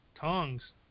Tongs